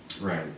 right